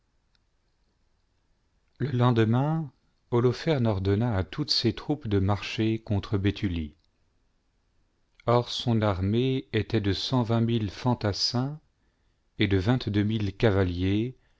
le lendemain holofeme ordonna à toutes ses troupes de marcher contre béthulie or son armée était de cent vingt raille fantassins et de vingt-deux mille cavaliers